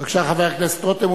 בבקשה, חבר הכנסת רותם.